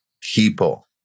people